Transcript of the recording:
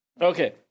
Okay